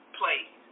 place